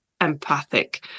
empathic